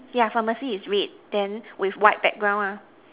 ya pharmacy is red then with white background ah